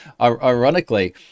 ironically